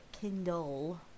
kindle